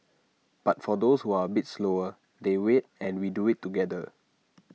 but for those who are bit slower they wait and we do IT together